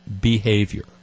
behavior